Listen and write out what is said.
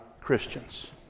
Christians